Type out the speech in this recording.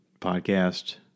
podcast